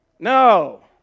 No